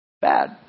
bad